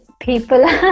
people